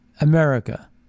America